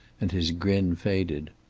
and his grin faded.